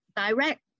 direct